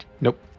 Nope